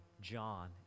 John